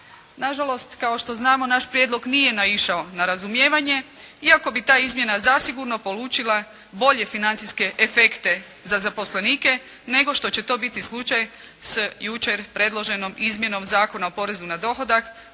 Nažalost, kao što znamo naš prijedlog nije naišao na razumijevanje iako bi ta izmjena zasigurno polučila bolje financijske efekte za zaposlenike nego što će to biti slučaj sa jučer predloženom izmjenom Zakona o porezu na dohodak,